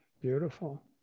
beautiful